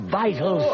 vital